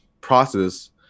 process